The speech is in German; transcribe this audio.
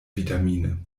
vitamine